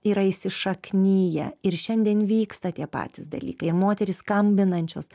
yra įsišakniję ir šiandien vyksta tie patys dalykai moterys skambinančios